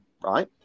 right